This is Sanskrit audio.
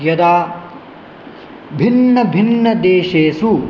यदा भिन्नभिन्नदेशेषु